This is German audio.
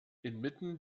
inmitten